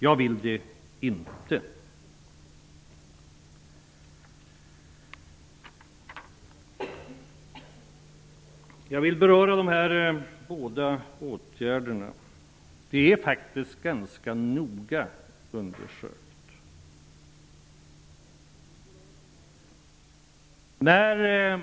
Jag vill inte ha en högre öppen ungdomsarbetslöshet. Jag vill beröra de båda åtgärderna. Man har faktiskt ganska noga undersökt detta.